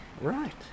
Right